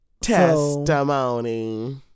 Testimony